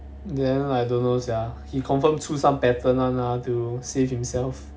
then I don't know sia he confirm 出 some pattern one ah to save himself